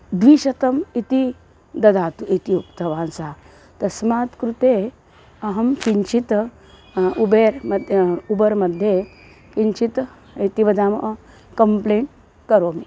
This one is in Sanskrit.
द्विशतम् इति ददातु इति उक्तवान् सः तस्मात् कृते अहं किञ्चित् उबेर् मद् उबर्मध्ये किञ्चित् इति वदामः कम्प्लेण्ट् करोमि